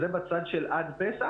זה בצד של עד פסח,